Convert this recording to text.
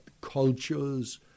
cultures